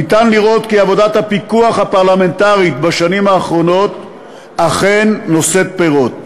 ניתן לראות כי עבודת הפיקוח הפרלמנטרית בשנים האחרונות אכן נושאת פירות.